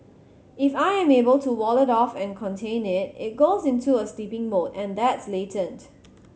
if I am able to wall it off and contain it it goes into a sleeping mode and that's latent